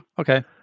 okay